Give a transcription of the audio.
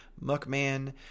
Muckman